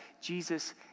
Jesus